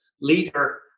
leader